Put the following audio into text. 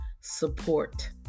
support